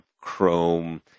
Chrome